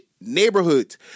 neighborhoods